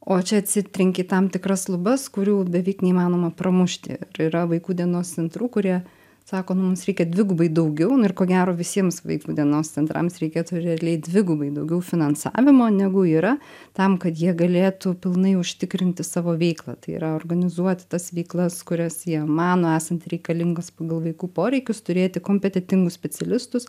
o čia atsitrenki į tam tikras lubas kurių beveik neįmanoma pramušti yra vaikų dienos centrų kurie sako nu mums reikia dvigubai daugiau nu ir ko gero visiems vaikų dienos centrams reikėtų realiai dvigubai daugiau finansavimo negu yra tam kad jie galėtų pilnai užtikrinti savo veiklą tai yra organizuoti tas veiklas kurias jie mano esant reikalingas pagal vaikų poreikius turėti kompetentingus specialistus